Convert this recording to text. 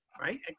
right